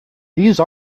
these